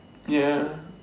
ya